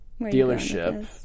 dealership